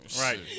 Right